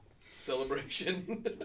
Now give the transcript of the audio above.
celebration